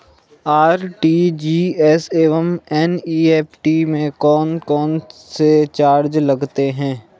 RTGS एवं NEFT में कौन कौनसे चार्ज लगते हैं?